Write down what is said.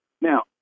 Now